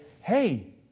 Hey